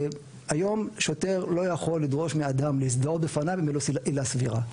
היום שוטר לא יכול לדרוש מאדם להזדהות לפניו אם אין לו עילה סבירה.